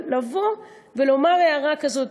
אבל לומר הערה כזאת?